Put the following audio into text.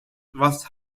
was